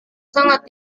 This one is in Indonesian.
sangat